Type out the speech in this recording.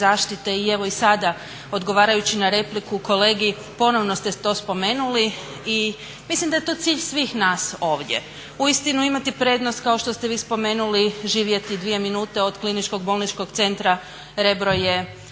I evo i sada odgovarajući na repliku kolegi ponovno ste to spomenuli. I mislim da je to cilj svih nas ovdje. Uistinu imati prednost kao što ste vi spomenuli živjeti 2 minute od Kliničkog bolničkog centra Rebro je